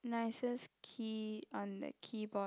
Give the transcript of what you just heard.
nicest key on the keyboard